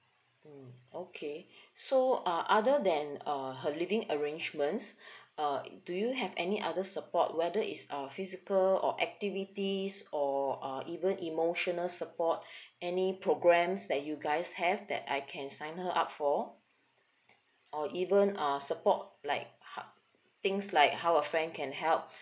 mm okay so uh other than uh her living arrangements uh do you have any other support whether is uh physical or activities or uh even emotional support any programs that you guys have that I can sign her up for or even uh support like uh things like how a friend can help